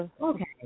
Okay